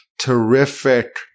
terrific